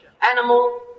animal